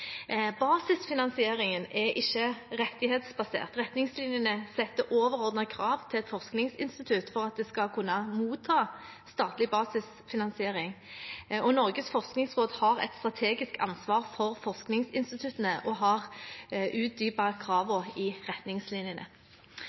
Basisfinansieringen er ikke rettighetsbasert. Retningslinjene setter overordnede krav til et forskningsinstitutt for at det skal kunne motta statlig basisfinansiering. Norges forskningsråd har et strategisk ansvar for forskningsinstituttene og har utdypet kravene i retningslinjene.